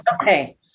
Okay